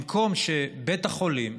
במקום שבית החולים,